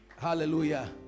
Hallelujah